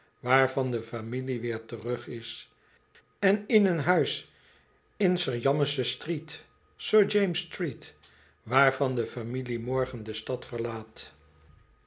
waarvan de familie weer terug is en een huis in serjameses street st jamesstreet waarvan de familie morgen de stad verlaat